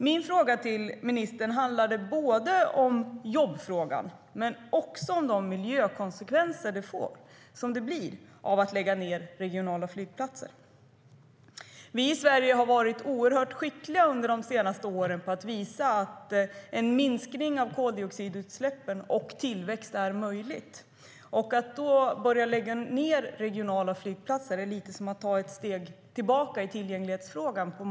Min fråga till ministern handlade både om jobbfrågan och om miljökonsekvenserna av att lägga ned regionala flygplatser. Vi i Sverige har varit oerhört skickliga under de senaste åren när det gäller att visa att en minskning av koldioxidutsläppen är möjlig att förena med tillväxt. Att då börja lägga ned regionala flygplatser är på många olika sätt att ta ett steg tillbaka i tillgänglighetsfrågan.